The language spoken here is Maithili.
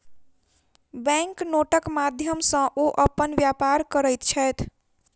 बैंक नोटक माध्यम सॅ ओ अपन व्यापार करैत छैथ